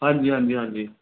ਹਾਂਜੀ ਹਾਂਜੀ ਹਾਂਜੀ